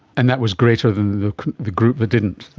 and that was greater than the the group that didn't,